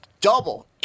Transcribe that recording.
double